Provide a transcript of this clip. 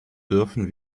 dürfen